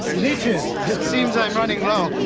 leeches! it seems i'm running low.